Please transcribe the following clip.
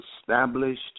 established